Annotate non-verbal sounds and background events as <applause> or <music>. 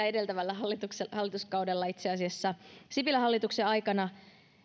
<unintelligible> edeltävällä hallituskaudella itse asiassa sipilän hallituksen aikana